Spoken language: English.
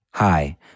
Hi